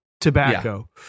tobacco